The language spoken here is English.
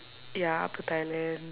ya up to thailand